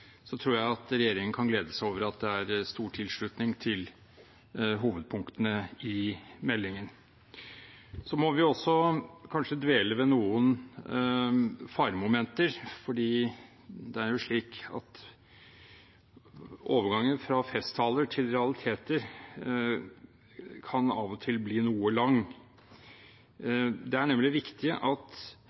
tror jeg at regjeringen kan glede seg over at det er stor tilslutning til hovedpunktene i meldingen. Så må vi kanskje også dvele ved noen faremomenter, for det er slik at overgangen fra festtaler til realiteter av og til kan bli noe lang. Det er nemlig viktig at